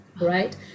right